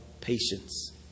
patience